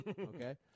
okay